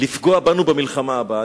לפגוע בנו במלחמה הבאה.